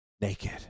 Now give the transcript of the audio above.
naked